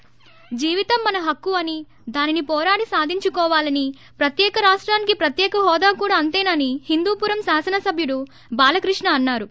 ి జీవితం మన హక్కు అని దానిని పోరాడి సాధించుకోవాలని రాష్టానికి ప్రత్యక హోదా కూడా అంతేనని హిందూపురం శాసన సబ్యులు బాలకృష్ణ అన్నారు